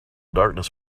darkness